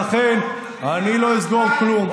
לכן אני לא אסגור כלום.